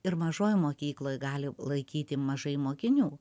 ir mažoj mokykloj gali laikyti mažai mokinių